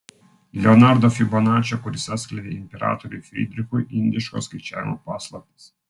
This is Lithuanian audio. leonardo fibonačio kuris atskleidė imperatoriui frydrichui indiško skaičiavimo paslaptis